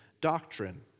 doctrine